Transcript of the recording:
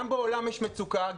גם בעולם יש מצוקה,